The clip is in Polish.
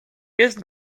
jest